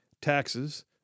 taxes